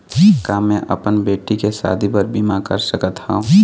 का मैं अपन बेटी के शादी बर बीमा कर सकत हव?